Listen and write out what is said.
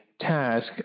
task